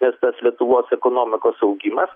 nes tas lietuvos ekonomikos augimas